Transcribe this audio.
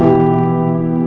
and